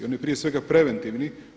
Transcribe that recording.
On je prije svega preventivan.